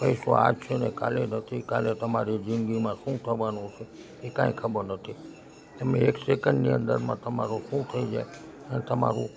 પૈસો આજ છે ને કાલે નથી કાલે તમારી જિંદગીમાં શું થવાનું છે એ કંઈ ખબર નથી તમે એક સેકન્ડની અંદરમાં તમારું શું થઈ જાય ને તમારું